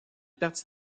partie